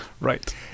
Right